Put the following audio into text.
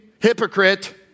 hypocrite